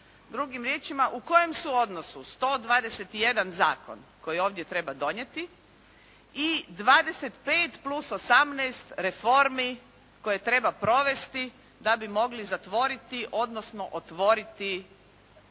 Drugim riječima u kojem su odnosu 121 zakon koji ovdje treba donijeti i 25 plus 18 reformi koje treba provesti da bi mogli zatvoriti odnosno otvoriti